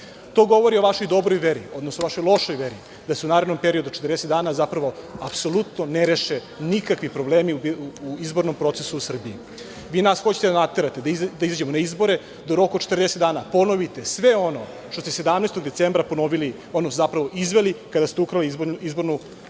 govori o vašoj dobroj veri, odnosno vašoj lošoj veri da se u narednom periodu od 40 dana zapravo apsolutno ne reše nikakvi problemi u izbornom procesu u Srbiji. Vi nas hoćete da naterate da izađemo na izbore, da u roku od 40 dana ponovite sve ono što ste 17. decembra izveli kada ste ukrali izbornu volju